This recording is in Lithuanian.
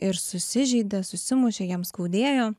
ir susižeidė susimušė jam skaudėjo